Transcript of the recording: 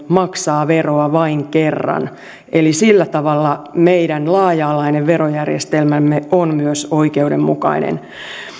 maksaa veroa vain kerran eli sillä tavalla meidän laaja alainen verojärjestelmämme on myös oikeudenmukainen